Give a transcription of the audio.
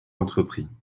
entrepris